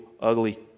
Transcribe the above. ugly